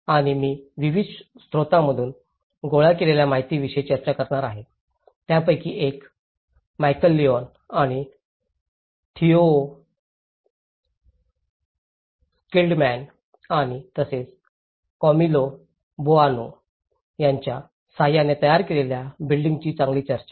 आणि मी विविध स्त्रोतांमधून गोळा केलेल्या माहितीविषयी चर्चा करणार आहे त्यापैकी एक मायकेल लिओन आणि थियोओ स्किल्डमॅन आणि तसेच कॅमिलो बोआनो यांच्या सहाय्याने तयार केलेल्या बिल्डिंगीची चांगली चर्चा